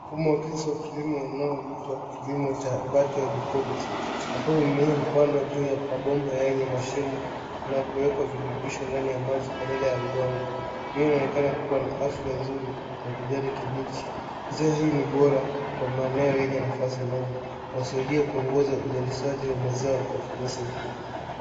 Mfumo wa kisasa wa kilimo unaoitwa kilimo cha Verted hydroponics ambapo mimea hupandwa juu ya mabomba yenye mashimo na kuwekwa virutubisho ndani ya maji badala ya udongo. Mimea inaonekana kuwa na afya nzuri na kijani kibichi. Njia hii ni bora kwa maeno yenye nafasi ndogo na husaidia kuongoza uzalishaji wa mazao kwa ufanisi mkubwa.